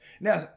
now